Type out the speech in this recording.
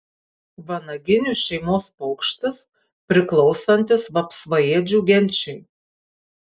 vanaginių šeimos paukštis priklausantis vapsvaėdžių genčiai